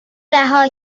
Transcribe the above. رها